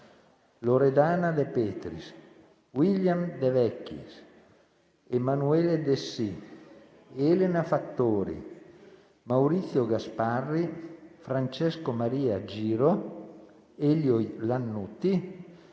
Loredana De Petris, William De Vecchis, Emanuele Dessì, Elena Fattori, Maurizio Gasparri, Francesco Maria Giro, Elio Lannutti,